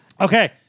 Okay